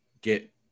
get